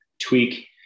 tweak